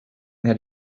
that